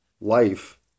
life